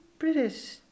British